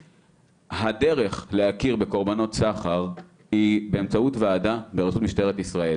הדרך להכיר בקורבנות סחר היא באמצעות ועדה בראשות משטרת ישראל.